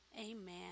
Amen